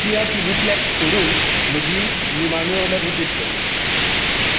कीया chilli flakes सोडून म्हजी निमाणी ऑर्डर रिपीट कर